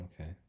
okay